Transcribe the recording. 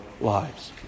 lives